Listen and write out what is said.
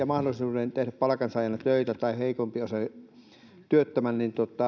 mahdollisuuden tehdä palkansaajana töitä tai heikompiosaisen työttömän